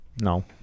no